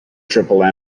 triple